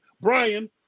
Brian